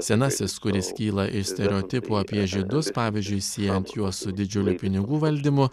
senasis kuris kyla iš stereotipų apie žydus pavyzdžiui siejant juos su didžiule pinigų valdymo